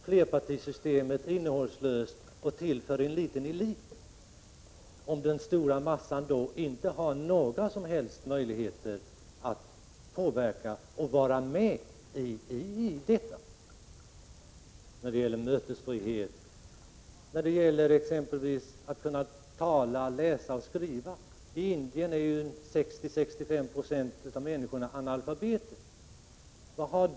Flerpartisystemet blir ju innehållslöst och något som är till för en liten elit, om den stora massan inte har några som helst möjligheter att påverka och bli delaktiga i sådana saker som mötesfrihet och möjligheter att lära sig läsa och skriva och att äta sig mätta. I t.ex. Indien är ju 60—65 20 av människorna analfabeter.